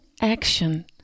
action